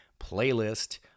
playlist